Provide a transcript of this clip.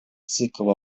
цикл